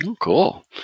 cool